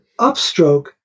upstroke